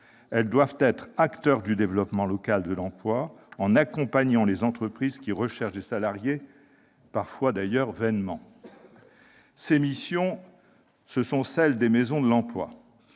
Elles doivent être actrices du développement local de l'emploi, en accompagnant les entreprises qui recherchent des salariés- parfois vainement. Ces missions sont celles des maisons de l'emploi.